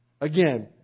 again